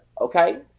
okay